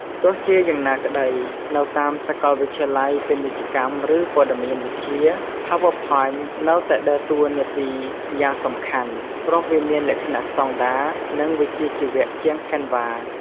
ទោះជាយ៉ាងណាក្ដី នៅតាមសកលវិទ្យាល័យពាណិជ្ជកម្ម ឬព័ត៌មានវិទ្យា PowerPoint នៅតែដើរតួនាទីយ៉ាងសំខាន់ ព្រោះវាមានលក្ខណៈស្ដង់ដារ និងវិជ្ជាជីវៈជាង Canva។